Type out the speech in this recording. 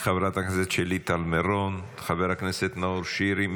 חברת הכנסת שלי טל מירון, חבר הכנסת נאור שירי.